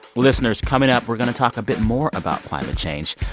listeners, coming up, we're going to talk a bit more about climate change.